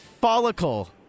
Follicle